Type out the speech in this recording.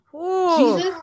Jesus